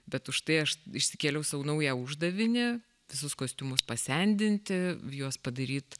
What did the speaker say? bet užtai aš išsikėliau sau naują uždavinį visus kostiumus pasendinti juos padaryt